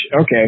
okay